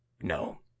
no